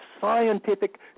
scientific